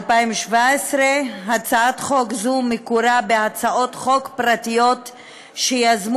התשע"ז 2017. הצעת חוק זו מקורה בהצעות חוק פרטיות שיזמו